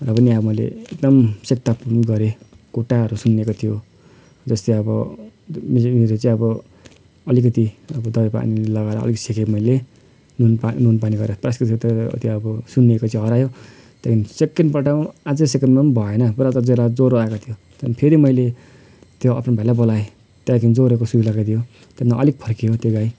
र पनि अब मैले एकदम सेकताप पनि गरेँ खुट्टाहरू सुन्निएको थियो जस्तै अब अब अलिकति अब दबाईपानी लगाएर अलिक सेकेँ मैले नुनपानी नुनपानी गरेर प्लास त्यो अब सुन्निएको चाहिँ हरायो त्यहाँदेखि सेकेन्डपल्ट पनि अझै सेकेन्डमा पनि भएन पहिला त ज्वरो ज्वरो आएको थियो त्यहाँदेखि फेरि मैले त्यो भाइलाई बोलाएँ त्यहाँदेखि ज्वरोको सुई लगाइदियो त्यहाँदेखि अलिक फर्कियो त्यो गाई